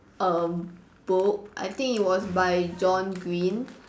err book I think it was by John Green